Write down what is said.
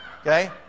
Okay